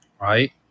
right